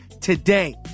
today